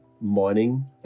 Mining